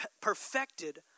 perfected